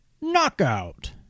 Knockout